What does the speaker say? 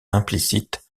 implicite